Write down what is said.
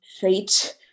fate